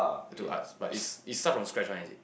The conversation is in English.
I do arts but is is start from scratch one is it